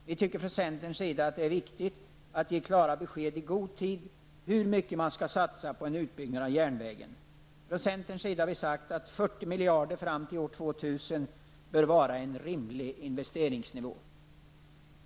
Vi tycker från centerns sida att det är viktigt att ge klara besked i god tid om hur mycket som skall satsas på en utbyggnad av järnvägen. Från centerns sida har vi sagt att 40 miljarder fram till år 2000 bör vara en rimlig investeringsnivå.